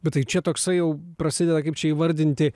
bet tai čia toksai jau prasideda kaip čia įvardinti